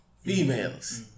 Females